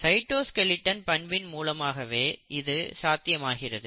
cytoskeleton பண்பின் மூலமாகவே இது சாத்தியமாகிறது